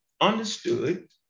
understood